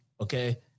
Okay